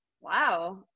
Wow